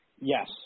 Yes